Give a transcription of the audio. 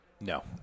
No